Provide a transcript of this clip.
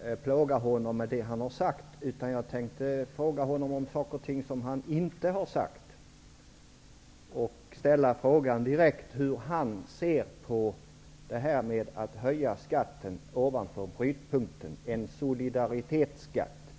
heller plåga honom med det han har sagt utan i stället fråga honom om någonting som han inte har sagt. Jag ställer till honom den direkta frågan hur han ser på förslaget att höja skatten över brytpunkten -- en solidaritetsskatt.